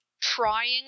trying